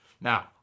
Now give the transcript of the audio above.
Now